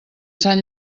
sant